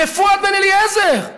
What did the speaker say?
ופואד בן-אליעזר,